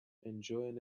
enjoying